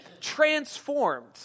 transformed